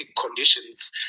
conditions